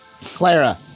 Clara